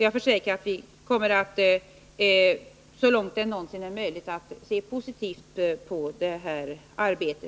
Jag försäkrar att vi så långt det någonsin är möjligt kommer att se positivt på detta arbete.